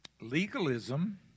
legalism